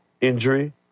injury